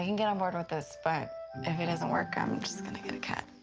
and get onboard with this, but if it doesn't work, i'm just gonna get a cat.